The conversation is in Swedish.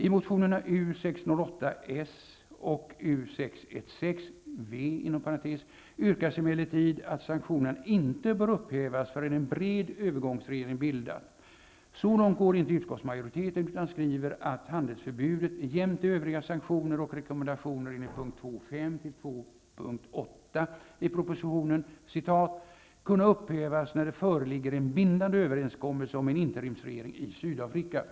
I motionerna U608 och U616 yrkas emellertid att sanktionerna inte bör upphävas förrän en bred övergångsregering bildats. Så långt går inte utskottsmajoriteten utan skriver att ''handelsförbudet jämte övriga sanktioner och rekommendationer enligt punkt 2.5. till 2.8. i propositionen kunna upphävas när det föreligger en bindande överenskommelse om en interimsregering i Sydafrika''.